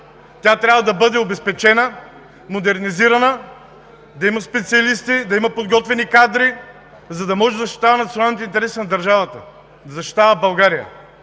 Тя трябва да бъде обезпечена, модернизирана, да има специалисти, да има подготвени кадри, за да може да защитава националните интереси на държавата, да защитава България.